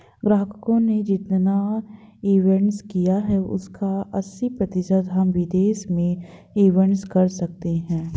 ग्राहकों ने जितना इंवेस्ट किया है उसका अस्सी प्रतिशत हम विदेश में इंवेस्ट कर सकते हैं